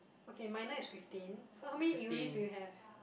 okay minor is fifteen so how many U_E's do you have